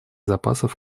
запасов